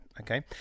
okay